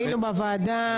היינו בוועדה.